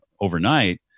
overnight